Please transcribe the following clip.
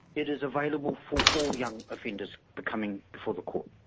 it is available for all young offenders coming before the court.